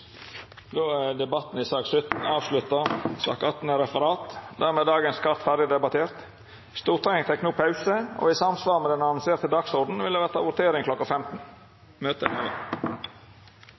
Då er interpellasjonsdebatten avslutta. Dermed er dagens kart ferdigdebattert. Stortinget tek no pause, og i samsvar med den annonserte dagsordenen vil det verta votering kl. 15.